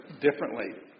differently